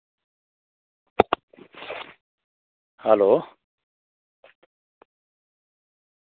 hello